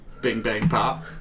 Bing-bang-pop